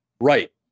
Right